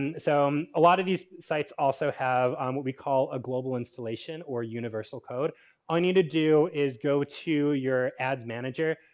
and so, um a lot of these sites also have what we call a global installation or universal code. all i need to do is go to your ads manager,